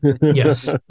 Yes